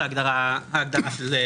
עליהן